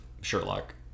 Sherlock